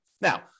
Now